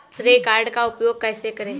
श्रेय कार्ड का उपयोग कैसे करें?